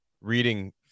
reading